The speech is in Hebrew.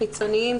חיצוניים,